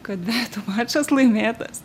kad dvejetų mačas laimėtas